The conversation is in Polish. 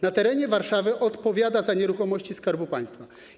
Na terenie Warszawy odpowiada za nieruchomości Skarbu Państwa.